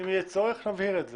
אם יהיה צורך, נבהיר את זה.